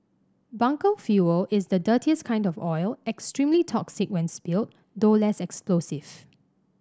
bunker fuel is the dirtiest kind of oil extremely toxic when spilled though less explosive